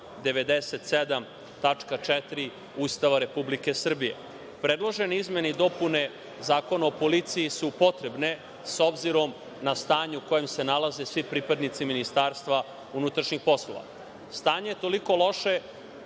4) Ustava Republike Srbije. Predložene izmene i dopune Zakona o policiji su potrebne, s obzirom na stanje u kojem se nalaze svi pripadnici Ministarstva unutrašnjih poslova. Stanje je toliko loše